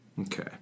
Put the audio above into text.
Okay